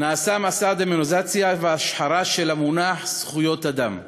נעשה מסע דמוניזציה והשחרה של המונח זכויות אדם,